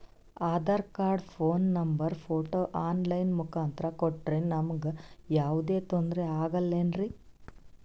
Aadhaar card, phone number, photo online ಮುಖಾಂತ್ರ ಕೊಟ್ರ ನಮಗೆ ಯಾವುದೇ ತೊಂದ್ರೆ ಆಗಲೇನ್ರಿ?